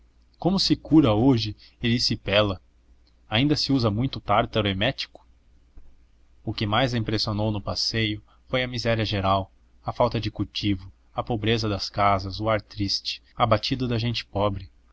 como se cura hoje erisipela ainda se usa muito o tártaro emético o que mais a impressionou no passeio foi a miséria geral a falta de cultivo a pobreza das casas o ar triste abatido da gente pobre